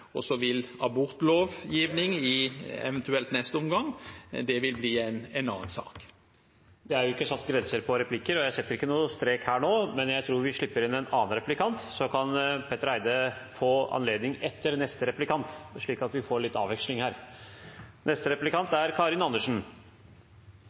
og så vil abortlovgivningen, eventuelt i neste omgang, bli en annen sak. Det er ikke satt noen grense for antall replikker, og jeg setter ikke strek nå, men jeg tror vi slipper til en annen replikant, så kan representanten Petter Eide eventuelt få anledning etterpå, slik at vi får litt avveksling.